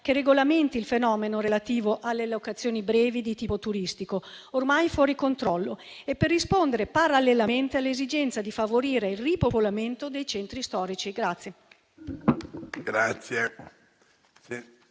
che regolamenti il fenomeno relativo alle locazioni brevi di tipo turistico, ormai fuori controllo, e per rispondere parallelamente all'esigenza di favorire il ripopolamento dei centri storici.